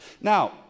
Now